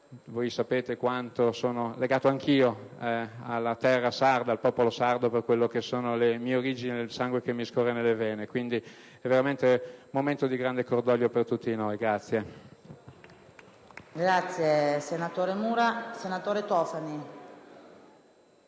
Sapete quanto sono legato alla terra sarda, al popolo sardo, per le mie origini e per il sangue che mi scorre nelle vene. Quindi, è veramente un momento di grande cordoglio per tutti noi.